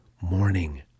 morning